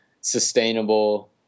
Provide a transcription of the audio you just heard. Sustainable